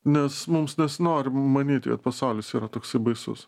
nes mums nesinori manyti kad pasaulis yra toksai baisus